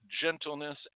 gentleness